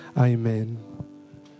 Amen